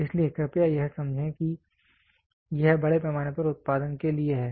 इसलिए कृपया यह समझें कि यह बड़े पैमाने पर उत्पादन के लिए है